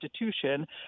institution